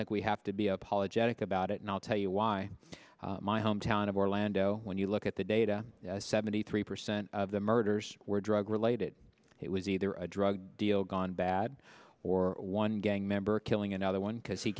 think we have to be apologetic about it and i'll tell you why my hometown of orlando when you look at the data seventy three percent of the murders were drug related it was either a drug deal gone bad or one gang member killing another one because he